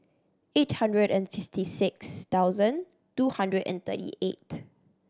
eight hundred and fifty six thousand two hundred and thirty eight